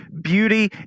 beauty